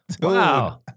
Wow